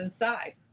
inside